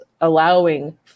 allowing